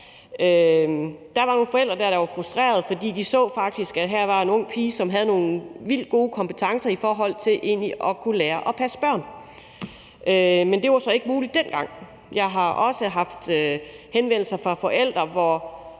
Der var nogle forældre der, der var frustrerede, fordi de faktisk så, at her var der en ung pige, som egentlig havde nogle vildt gode kompetencer i forhold til at kunne lære at passe børn. Men det var så ikke muligt dengang. Jeg har også haft henvendelser fra forældre, som